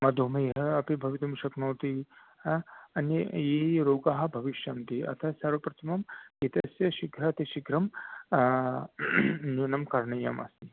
मधुमे अपि भवितुं शक्नोति अन्ये ये ये रोगाः भविष्यन्ति अतः सर्वप्रथमम् इत्यस्य शीघ्रातिशीघ्रं न्यूनं करणीयम् अस्ति